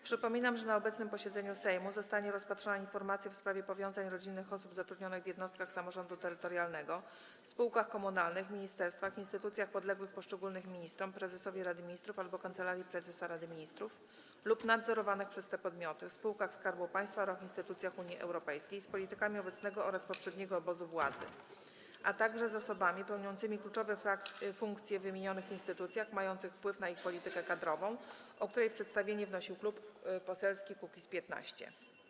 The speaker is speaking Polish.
Przypominam, że na obecnym posiedzeniu Sejmu zostanie rozpatrzona informacja w sprawie powiązań rodzinnych osób zatrudnionych w jednostkach samorządu terytorialnego, spółkach komunalnych, ministerstwach, instytucjach podległych poszczególnym ministrom, prezesowi Rady Ministrów albo Kancelarii Prezesa Rady Ministrów lub nadzorowanych przez te podmioty, spółkach Skarbu Państwa oraz instytucjach Unii Europejskiej z politykami obecnego oraz poprzedniego obozu władzy, a także z osobami pełniącymi kluczowe funkcje w wymienionych instytucjach, mającymi wpływ na ich politykę kadrową, o której przedstawienie wnosił Klub Poselski Kukiz’15.